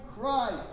Christ